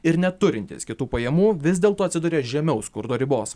ir neturintys kitų pajamų vis dėlto atsiduria žemiau skurdo ribos